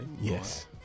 Yes